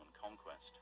Conquest